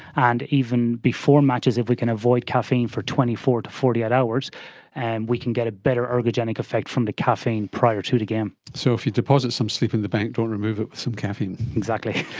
and even before matches if we can avoid caffeine for twenty four to forty eight hours and we can get a better ergogenic effect from the caffeine prior to the game. so if you deposit some sleep in the bank, don't remove it with some caffeine. exactly.